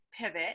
pivot